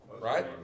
Right